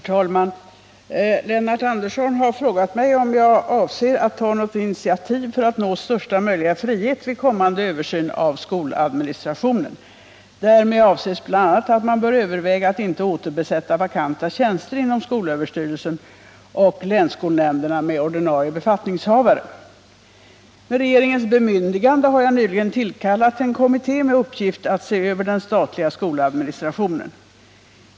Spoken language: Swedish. Herr talman! Lennart Andersson har frågat mig om jag avser att ta något initiativ för att nå största möjliga frihet vid kommande översyn av skoladministrationen. Därmed avses bl.a. att man bör överväga att inte återbesätta vakanta tjänster inom skolöverstyrelsen och länsskolnämnderna med ordinarie befattningshavare. Med regeringens bemyndigande har jag nyligen tillkallat en kommitté med uppgift att se över den statliga skoladministrationen.